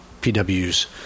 PW's